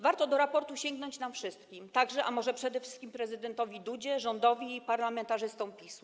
Warto do raportu sięgnąć nam wszystkim, także, a może przede wszystkim, prezydentowi Dudzie, rządowi i parlamentarzystom PiS-u.